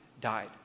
died